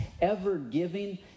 ever-giving